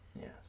Yes